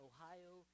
Ohio